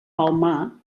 palmar